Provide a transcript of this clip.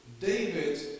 David